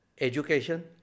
Education